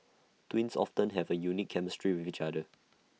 twins often have A unique chemistry with each other